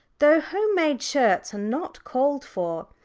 though home-made shirts are not called for.